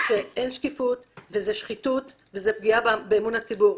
שאין שקיפות וזה שחיתות וזה פוגע באמון הציבור.